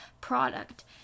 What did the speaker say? product